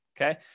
okay